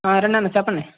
ఆ రండి అన్న చెప్పండి